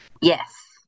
Yes